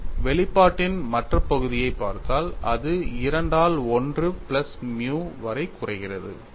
மேலும் வெளிப்பாட்டின் மற்ற பகுதியைப் பார்த்தால் அது 2 ஆல் 1 பிளஸ் மியூ வரை குறைகிறது